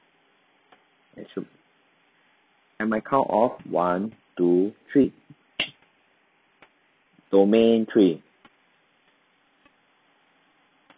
at my count of one two three domain three